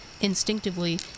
Instinctively